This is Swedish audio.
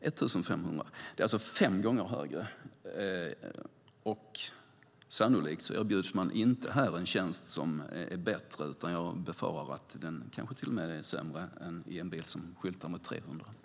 Priset är alltså fem gånger så högt, och sannolikt erbjuds man inte en tjänst som är bättre. Jag befarar att den till och med är sämre än i en bil som skyltar med 300 kronor.